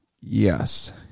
yes